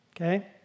Okay